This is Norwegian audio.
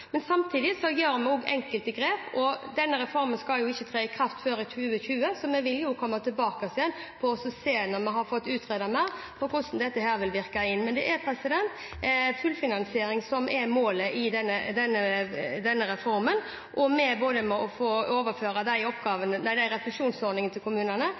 men det er viktig å understreke det ansvaret som kommunene også har, som de er lovpålagt å ha. Kommuneøkonomien har de senere årene også blitt styrket. Samtidig gjør vi enkelte grep. Denne reformen skal jo ikke tre i kraft før i 2020, så vi vil komme tilbake igjen når vi har fått utredet mer, og se på hvordan dette vil virke inn. Men det er fullfinansiering som er målet for denne reformen, og ved å overføre